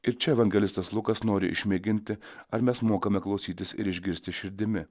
ir čia evangelistas lukas nori išmėginti ar mes mokame klausytis ir išgirsti širdimi